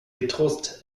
getrost